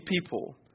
people